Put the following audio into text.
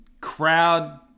Crowd